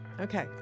Okay